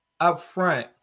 upfront